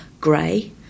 grey